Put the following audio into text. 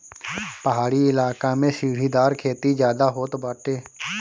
पहाड़ी इलाका में सीढ़ीदार खेती ज्यादा होत बाटे